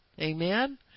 Amen